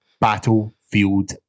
battlefield